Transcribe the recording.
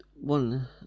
one